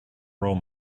role